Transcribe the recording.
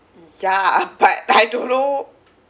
ya but I don't know